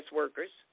workers